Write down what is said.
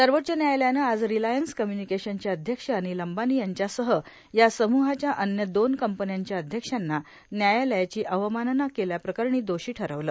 सर्वोच्च न्यायालयानं आज रिलायन्स कम्युनिकेशनचे अध्यक्ष अनिल अंबानी यांच्यासह या समृहाच्या अन्य दोन कंपन्यांच्या अध्यक्षांना न्यायालयाची अवमानना केल्याप्रकरणी दोषी ठरवलं